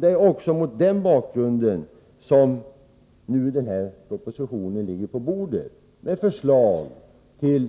Det är också därför som nu propositionen ligger på bordet med förslag till